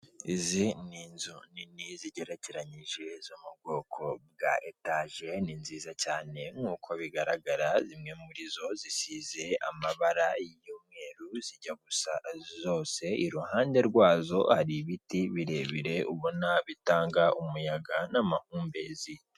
Izi ni inzu nini zigerekeranyije zo mu bwoko bwa etage ni nziza cyane nk'uko bigaragara zimwe muri zo zisize amabara y'umweru zijya gusa zose iruhande rwazo hari ibiti birebire ubona bitanga umuyaga n'amahumbezi.